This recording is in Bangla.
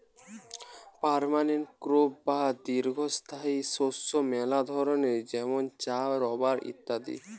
পার্মানেন্ট ক্রপ বা দীর্ঘস্থায়ী শস্য মেলা ধরণের যেমন চা, রাবার ইত্যাদি